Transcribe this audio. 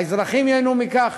האזרחים ייהנו מכך,